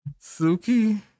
Suki